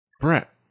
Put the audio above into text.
Brett